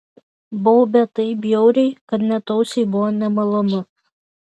baubė taip bjauriai kad net ausiai buvo nemalonu